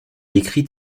écrit